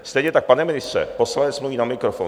Stejně tak, pane ministře, poslanec mluví na mikrofon.